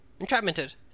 entrapmented